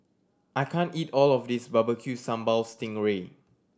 I can't eat all of this Barbecue Sambal sting ray